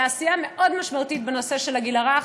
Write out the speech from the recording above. על עשייה מאוד משמעותית בנושא של הגיל הרך.